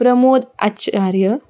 Pramod Acharya